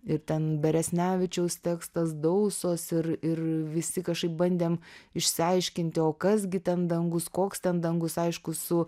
ir ten beresnevičiaus tekstas dausos ir ir visi kažkaip bandėm išsiaiškinti o kas gi ten dangus koks ten dangus aišku su